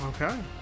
Okay